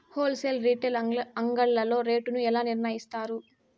Whole sale retail అంగడ్లలో rate ను ఎలా నిర్ణయిస్తారు యిస్తారు?